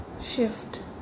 shift